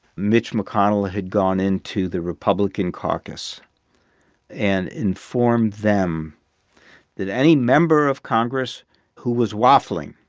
mitch mcconnell had gone into the republican caucus and informed them that any member of congress who was waffling,